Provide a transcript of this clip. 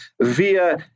via